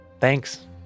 Thanks